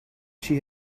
she